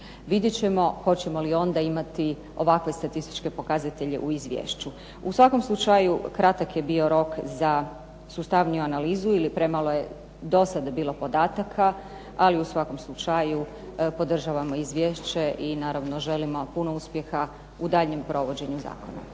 Vidjet ćemo hoćemo li onda imati ovakve statističke pokazatelje u izvješću. U svakom slučaju kratak je bio rok za sustavniju analizu i premalo je do sada bilo podataka, ali u svakom slučaju podržavamo izvješće i naravno želimo puno uspjeha u daljnjem provođenju zakona.